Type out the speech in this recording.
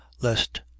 lest